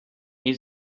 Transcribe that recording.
این